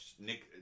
Nick